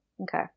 okay